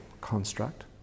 construct